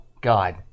God